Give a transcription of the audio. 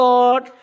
Lord